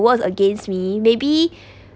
was against me maybe